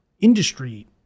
industry